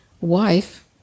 wife